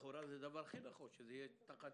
לכאורה זה הדבר הכי נכון, שזה יהיה תחת